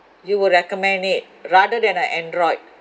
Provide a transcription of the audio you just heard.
you would recommend it rather than a android